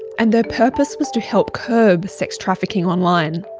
and their purpose was to help curb sex trafficking online.